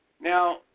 Now